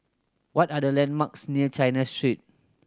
what are the landmarks near China Street